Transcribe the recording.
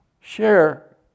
share